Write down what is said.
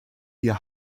wir